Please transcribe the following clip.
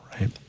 right